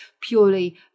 purely